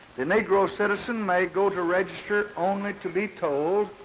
the negro citizen may go to register only to be told